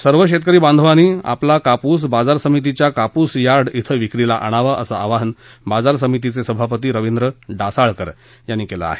सर्व शेतकरी बाध्याती आपला कापूस बाजार समितीच्या कापूस यार्ड श्वं विक्रीस आणावा असं आवाहन बाजार समितीचे सभापती रवींद्र डासाळकर याप्ती केलं आहे